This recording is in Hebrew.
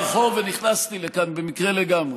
עברתי ברחוב ונכנסתי לכאן במקרה לגמרי.